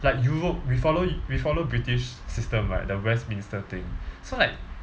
like europe we follow we follow british system right the west minister thing so like